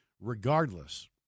regardless